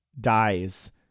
dies